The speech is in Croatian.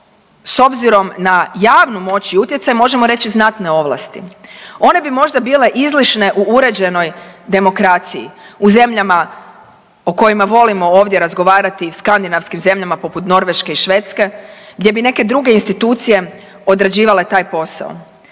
s obzirom na javnu moć i utjecaj, možemo reći znatne ovlasti. One bi možda bile izlišne u uređenoj demokraciji, u zemljama o kojima volimo ovdje razgovarati, skandinavskim zemljama poput Norveške i Švedske, gdje bi neke druge institucije određivale taj posao.